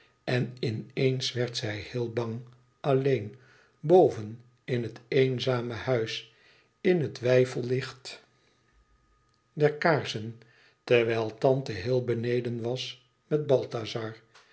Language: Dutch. en in eens werd zij heel bang alleen boven in het eenzame huis in het weifellicht der kaarsen terwijl tante heel beneden was met balthazar